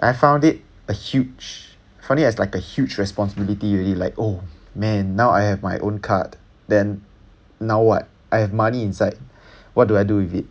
I found it a huge found it as like a huge responsibility already like oh man now I have my own card then now what I have money inside what do I do with it